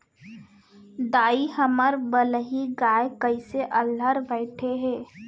दाई, हमर बलही गाय कइसे अल्लर बइठे हे